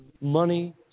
money